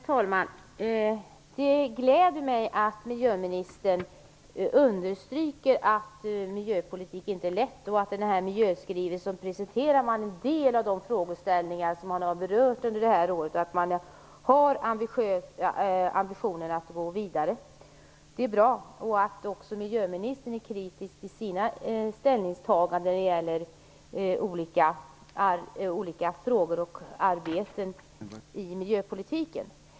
Herr talman! Det gläder mig att miljöministern understryker att miljöpolitik inte är lätt, att man i miljöskrivelsen presenterar en del av de frågeställningar som man har berört under året och att man har ambitionen att gå vidare. Det är bra, och det är också bra att miljöministern är kritisk till sina ställningstaganden när det gäller olika frågor och arbeten i miljöpolitiken.